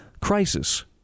crisis